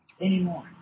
anymore